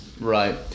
Right